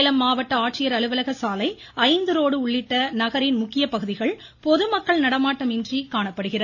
சேலம் மாவட்ட ஆட்சியர் அலுவலக சாலை ஐந்து ரோடு உள்ளிட்ட நகரின் முக்கிய பகுதிகள் பொதுமக்கள் நடமாட்டம் இன்றி காணப்படுகிறது